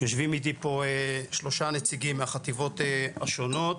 יושבים איתי פה שלושה נציגים מהחטיבות השונות.